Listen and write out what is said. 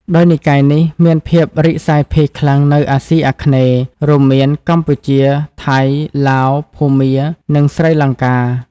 ដោយនិកាយនេះមានភាពរីកសាយភាយខ្លាំងនៅអាស៊ីអាគ្នេយ៍ រួមមានកម្ពុជា ថៃ ឡាវ ភូមា និងស្រីលង្កា។